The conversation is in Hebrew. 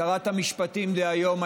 שרת המשפטים דהיום,